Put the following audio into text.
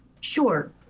Sure